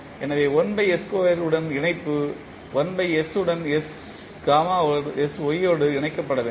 எனவே 1s2 உடன் இணைப்பு 1s உடன் sy யோடு இணைக்கப்பட வேண்டும்